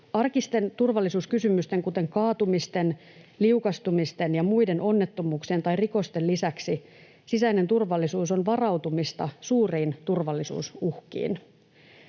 Arkisten turvallisuuskysymysten, kuten kaatumisten, liukastumisten ja muiden onnettomuuksien tai rikosten, lisäksi sisäinen turvallisuus on varautumista suuriin turvallisuusuhkiin.